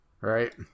right